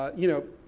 you know,